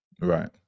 Right